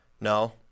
No